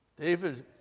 David